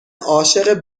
عاشق